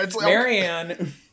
Marianne